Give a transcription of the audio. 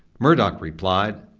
murdoch replied,